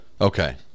okay